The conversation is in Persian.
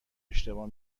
اشتباه